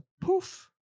poof